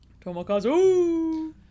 Tomokazu